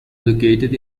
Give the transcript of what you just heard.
located